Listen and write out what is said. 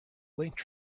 linked